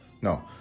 No